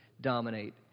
dominate